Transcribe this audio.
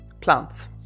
plants